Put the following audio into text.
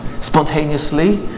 spontaneously